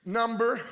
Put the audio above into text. number